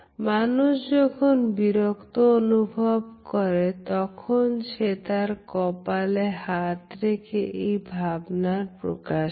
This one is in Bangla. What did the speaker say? মানুষ যখন বিরক্ত অনুভব করে তখন সে তার কপালে হাত রেখে এই ভাবনার প্রকাশ করে